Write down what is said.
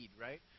right